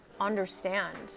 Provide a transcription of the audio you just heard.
understand